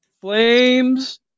Flames